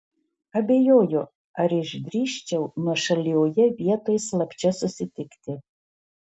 abejoju ar išdrįsčiau nuošalioje vietoj slapčia susitikti